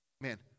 man